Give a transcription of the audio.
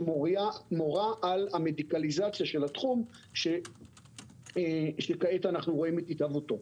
שמורה על המדיקליזציה של התחום שכעת אנחנו רואים את התהוותו.